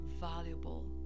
valuable